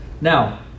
Now